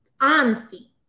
honesty